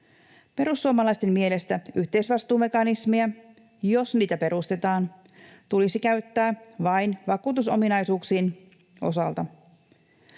Perussuomalaisten mielestä yhteisvastuumekanismeja, jos niitä perustetaan, tulisi käyttää vain vakuutusominaisuuksien osalta